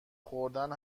خوردن